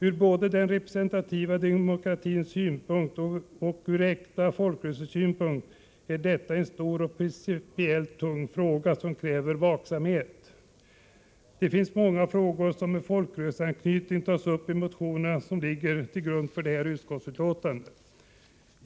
Ur både den representativa demokratins synpunkt och ur äkta folkrörelsesynpunkt är detta en stor och principiellt tung fråga som kräver vaksamhet. Många frågor med folkrörelseanknytning tas upp i de motioner som ligger till grund för detta utskottsbetänkande.